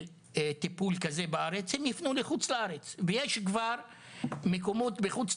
טיפול כזה בארץ - הם יפנו לחוץ לארץ ויש כבר מקומות בחו"ל